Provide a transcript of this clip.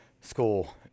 school